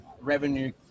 revenue